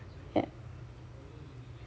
ya